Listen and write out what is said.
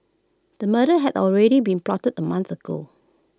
the murder had already been plotted A month ago